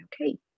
okay